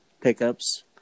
Pickups